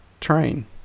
train